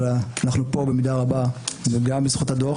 אבל אנחנו פה במידה רבה גם בזכות הדוח,